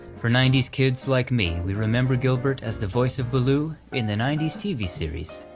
for ninety s kids like me, we remember gilbert as the voice of baloo in the ninety s tv series,